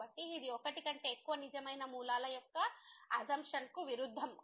కాబట్టి ఇది ఒకటి కంటే ఎక్కువ నిజమైన మూలాల యొక్క అసమ్ప్శనకు విరుద్ధం